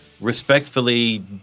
respectfully